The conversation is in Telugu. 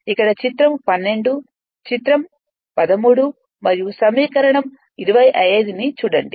ఇక్కడ చిత్రం 12 చిత్రం 13 మరియు సమీకరణం 25 ని చూడండి